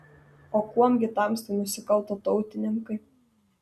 o kuom gi tamstai nusikalto tautininkai